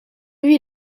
lui